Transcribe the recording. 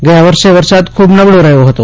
ગયા વર્ષે વરસાદ ખૂબ નબળો રહ્યો હતો